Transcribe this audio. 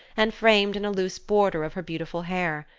and framed in a loose border of her beautiful hair.